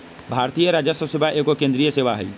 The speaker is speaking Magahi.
भारतीय राजस्व सेवा एगो केंद्रीय सेवा हइ